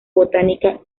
botánica